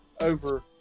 over